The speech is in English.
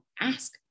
ask